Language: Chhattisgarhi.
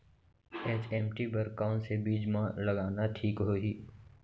एच.एम.टी बर कौन से बीज मा लगाना ठीक होही?